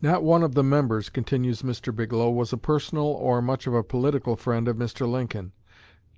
not one of the members, continues mr. bigelow, was a personal or much of a political friend of mr. lincoln